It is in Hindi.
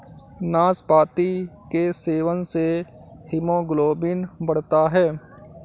नाशपाती के सेवन से हीमोग्लोबिन बढ़ता है